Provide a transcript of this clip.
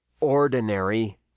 ordinary